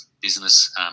business